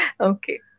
Okay